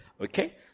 Okay